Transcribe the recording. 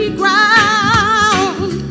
ground